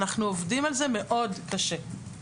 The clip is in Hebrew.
אנחנו עובדים על זה מאוד קשה.